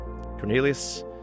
Cornelius